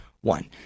one